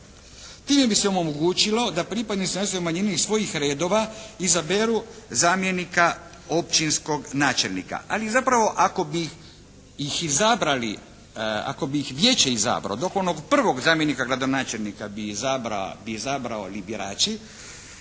Time bi se omogućilo da pripadnici nacionalnih manjina iz svojih redova izaberu zamjenika općinskog načelnika, ali zapravo ako bi ih izabrali, ako bi ih vijeće izabralo dok onog prvog zamjenika gradonačelnika bi izabrali birači,